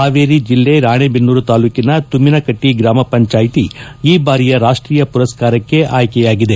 ಹಾವೇರಿ ಜಿಲ್ಲ ರಾಣೆಬೆನ್ನೂರು ತಾಲ್ಲೂಕಿನ ತುಮ್ನಿನಕಟ್ಟ ಗ್ರಾಮ ಪಂಚಾಯತಿ ರಾಷ್ಷೀಯ ಪುರಸ್ತಾರಕ್ಕೆ ಆಯ್ಲೆಯಾಗಿದೆ